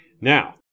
Now